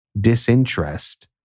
disinterest